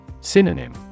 Synonym